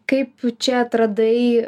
kaip čia atradai